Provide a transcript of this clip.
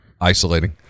isolating